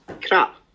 crap